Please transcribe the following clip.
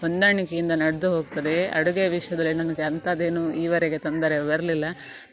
ಹೊಂದಾಣಿಕೆಯಿಂದ ನಡೆದು ಹೋಗ್ತದೆ ಅಡುಗೆ ವಿಷಯದಲ್ಲಿ ನನ್ಗೆ ಅಂಥದ್ದೇನೂ ಈವರೆಗೆ ತೊಂದರೆ ಬರಲಿಲ್ಲ